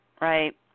right